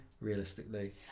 realistically